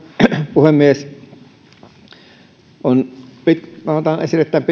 puhemies otan esille tämän